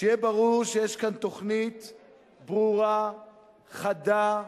שיהיה ברור שיש כאן תוכנית ברורה, חדה,